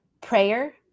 prayer